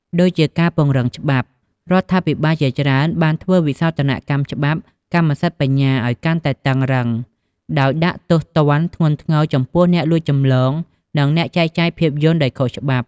ដូចជាការពង្រឹងច្បាប់ រដ្ឋាភិបាលជាច្រើនបានធ្វើវិសោធនកម្មច្បាប់កម្មសិទ្ធិបញ្ញាឱ្យកាន់តែតឹងរ៉ឹង ដោយដាក់ទោសទណ្ឌធ្ងន់ធ្ងរចំពោះអ្នកលួចចម្លង និងអ្នកចែកចាយភាពយន្តដោយខុសច្បាប់។